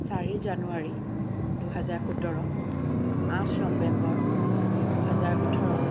চাৰি জানুৱাৰী দুহাজাৰ সোতৰ আঠ নৱেম্বৰ দুহেজাৰ ওঠৰ